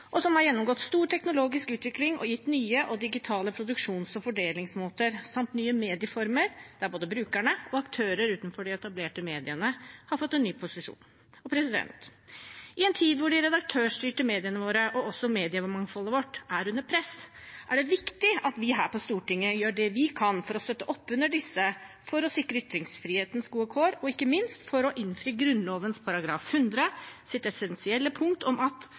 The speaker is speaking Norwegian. og som har gjennomgått stor teknologisk utvikling og gitt nye og digitale produksjons- og formidlingsmåter samt nye medieformer, der både brukerne og aktører utenfor de etablerte mediene har fått en ny posisjon. I en tid hvor de redaktørstyrte mediene våre og også mediemangfoldet vårt er under press, er det viktig at vi her på Stortinget gjør det vi kan for å støtte opp under disse for å sikre ytringsfriheten gode kår og ikke minst for å innfri det essensielle punktet i Grunnloven § 100 om at